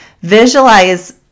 Visualize